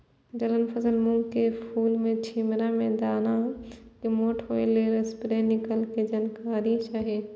दलहन फसल मूँग के फुल में छिमरा में दाना के मोटा होय लेल स्प्रै निक के जानकारी चाही?